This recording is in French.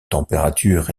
température